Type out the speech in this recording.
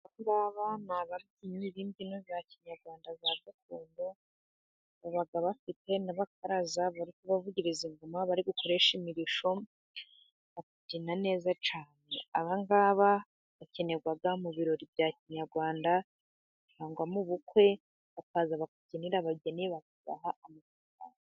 Aba ni ababyinnyi b'imbyino za kinyarwanda ,za gakondo baba bafite n'akaraza kubavugiriza ingoma ,bari gukoresha imirishyo ,bakabyina neza cyane .Aba ngaba bakenerwa mu birori bya kinyarwanda ,cyangwa mu bukwe, bakaza bakabyinira abageni ,bakabaha amafaranga.